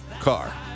car